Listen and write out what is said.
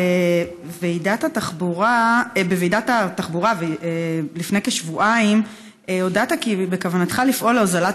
בוועידת התחבורה לפני כשבועיים הודעת כי בכוונתך לפעול להוזלת